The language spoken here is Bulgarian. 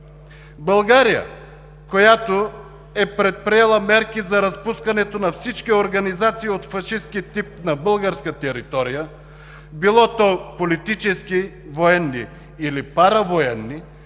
България, която е предприела мерки за разпускането на всички организации от фашистки тип на българска територия, било то политически, военни или паравоенни,